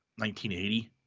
1980